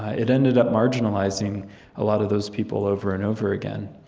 ah it ended up marginalizing a lot of those people over and over again.